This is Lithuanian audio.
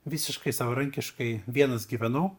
visiškai savarankiškai vienas gyvenau